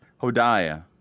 Hodiah